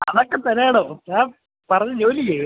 അതൊക്കെ തരാമെടോ ഞാൻ പറഞ്ഞ ജോലി ചെയ്യു